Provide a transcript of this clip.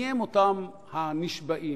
מיהם אותם הנשבעים?